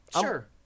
sure